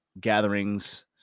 gatherings